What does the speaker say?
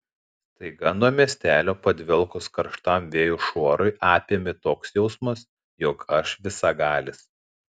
staiga nuo miestelio padvelkus karštam vėjo šuorui apėmė toks jausmas jog aš visagalis